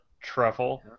truffle